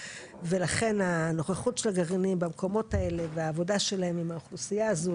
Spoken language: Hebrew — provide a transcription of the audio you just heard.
ולכן הנוכחות של הגרעינים במקומות האלה והעבודה שלהם עם האוכלוסייה הזו,